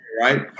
right